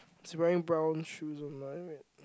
he's wearing brown shoes on mine wait